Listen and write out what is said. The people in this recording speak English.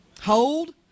Hold